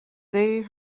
they